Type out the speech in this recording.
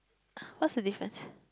what's the difference